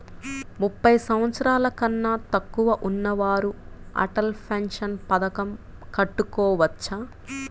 ముప్పై సంవత్సరాలకన్నా తక్కువ ఉన్నవారు అటల్ పెన్షన్ పథకం కట్టుకోవచ్చా?